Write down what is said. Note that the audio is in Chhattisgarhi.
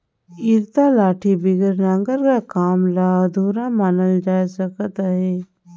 इरता लाठी बिगर नांगर कर काम ल अधुरा मानल जाए सकत अहे